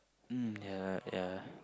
mmhmm ya ya